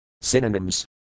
Synonyms